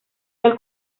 del